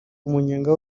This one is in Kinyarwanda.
umunyenga